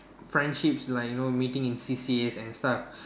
friendships like you know meeting in C_C_As and stuff